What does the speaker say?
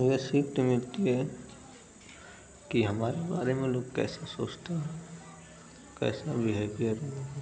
यह सीख मिलती है कि हमारे बारे में वे लोग कैसे सोचते हैं कैसा विहेवियर उनका है